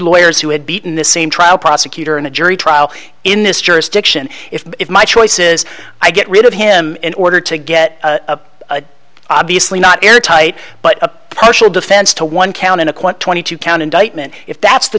lawyers who had beaten the same trial prosecutor in a jury trial in this jurisdiction if my choices i get rid of him in order to get a obviously not airtight but a partial defense to one count in a court twenty two count indictment if that's the